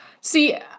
See